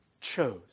chose